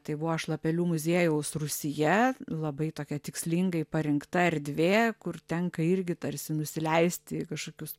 tai buvo šlapelių muziejaus rūsyje labai tokia tikslingai parinkta erdvė kur tenka irgi tarsi nusileisti į kažkokius